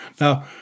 Now